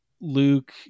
Luke